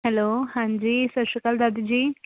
hello ਹਾਂਜੀ ਸਤਿ ਸ਼੍ਰੀ ਅਕਾਲ ਦਾਦੀ ਜੀ